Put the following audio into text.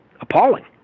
appalling